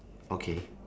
okay